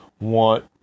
want